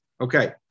Okay